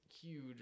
huge